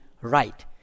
right